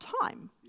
time